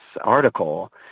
article